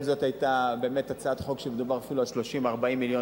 אם זאת היתה באמת הצעת חוק שמדובר אפילו על 30 40 מיליון,